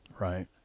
Right